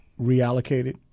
reallocated